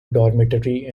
dormitory